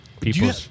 people